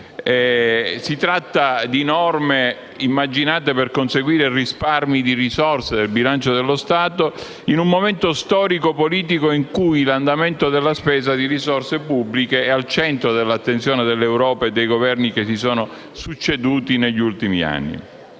Si tratta di norme immaginate per conseguire risparmi di risorse del bilancio dello Stato, in un momento storico-politico in cui l'andamento della spesa di risorse pubbliche è al centro dell'attenzione dell'Europa e dei Governi che si sono succeduti negli ultimi anni.